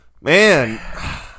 Man